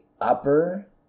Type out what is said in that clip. upper